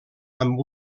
amb